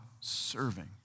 serving